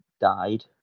died